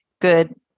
good